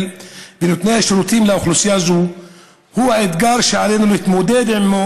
ונותני השירותים לאוכלוסייה הזו היא האתגר שעלינו להתמודד איתו,